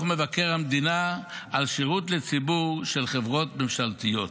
מבקר המדינה על שירות לציבור של חברות ממשלתיות.